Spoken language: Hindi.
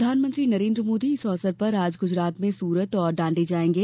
प्रधानमंत्री नरेन्द्र मोदी इस अवसर पर आज गुजरात में सूरत और दांडी जायेंगे